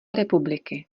republiky